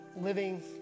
living